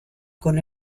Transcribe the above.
con